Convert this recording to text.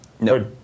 No